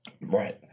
Right